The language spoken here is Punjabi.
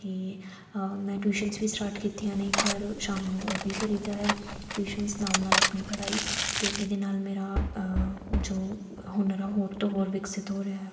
ਅਤੇ ਮੈਂ ਟਿਊਸ਼ਨ ਵੀ ਸਟਾਰਟ ਕੀਤੀਆਂ ਨੇ ਘਰ ਸ਼ਾਮ ਨੂੰ ਉਹ ਵੀ ਕਰੀ ਦਾ ਹੈ ਟਿਊਸ਼ਨ ਨਾਲ ਨਾਲ ਆਪਣੀ ਪੜ੍ਹਾਈ ਅਤੇ ਇਹਦੇ ਨਾਲ ਮੇਰਾ ਜੋ ਹੁਨਰ ਹੋਰ ਤੋਂ ਹੋਰ ਵਿਕਸਿਤ ਹੋ ਰਿਹਾ ਹੈ